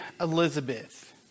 Elizabeth